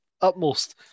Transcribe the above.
utmost